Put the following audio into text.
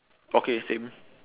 okay same